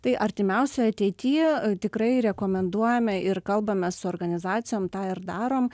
tai artimiausioj ateity tikrai rekomenduojame ir kalbamės su organizacijom tą ir darom